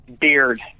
Beard